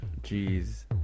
jeez